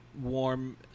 warm